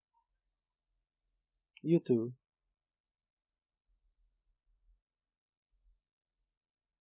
you too